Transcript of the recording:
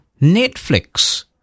Netflix